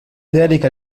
ذاك